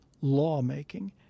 lawmaking